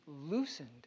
loosened